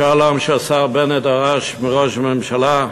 משאל העם שהשר בנט דרש מראש הממשלה,